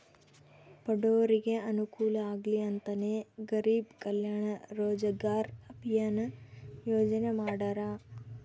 ಬಡೂರಿಗೆ ಅನುಕೂಲ ಆಗ್ಲಿ ಅಂತನೇ ಗರೀಬ್ ಕಲ್ಯಾಣ್ ರೋಜಗಾರ್ ಅಭಿಯನ್ ಯೋಜನೆ ಮಾಡಾರ